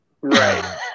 Right